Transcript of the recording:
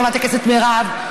חברת הכנסת מירב,